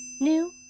New